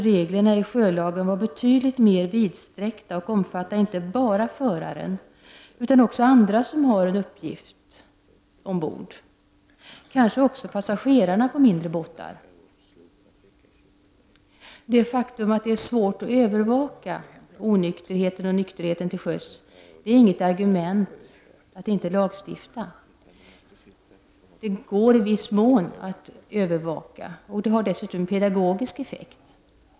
Reglerna i sjölagen måste vara betydligt mera vidsträckta och inte bara omfatta föraren utan också andra som har en uppgift ombord, kanske även passagerarna på mindre båtar. Det faktum att det är svårt att övervaka onykterhet och nykterhet till sjöss är inget argument för att inte lagstifta. Det går i viss mån att övervaka, och lagstiftningen har dessutom en pedagogisk effekt.